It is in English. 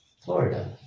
Florida